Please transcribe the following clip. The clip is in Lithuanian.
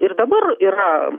ir dabar yra